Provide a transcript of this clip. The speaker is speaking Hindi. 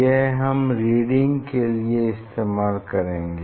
यह हम रीडिंग के लिए इस्तेमाल करेंगे